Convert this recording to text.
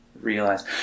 realize